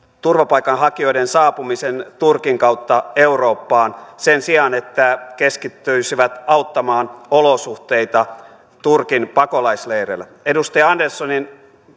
turvapaikanhakijoiden saapumisen turkin kautta eurooppaan sen sijaan että keskittyisivät auttamaan olosuhteita turkin pakolaisleireillä edustaja anderssonin